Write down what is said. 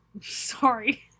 Sorry